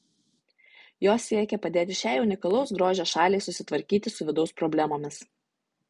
jos siekia padėti šiai unikalaus grožio šaliai susitvarkyti su vidaus problemomis